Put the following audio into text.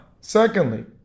secondly